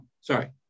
sorry